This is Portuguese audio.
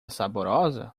saborosa